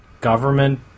government